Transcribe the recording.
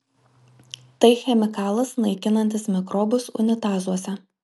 tai chemikalas naikinantis mikrobus unitazuose